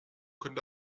können